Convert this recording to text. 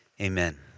amen